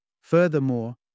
Furthermore